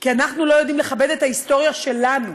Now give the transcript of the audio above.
כי אנחנו לא יודעים לכבד את ההיסטוריה שלנו,